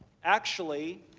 actually,